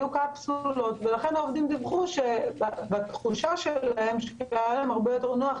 היו קפסולות ולכן העובדים דיווחו שבתחושה שלהם היה להם הרבה יותר נוח,